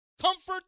comfort